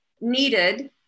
needed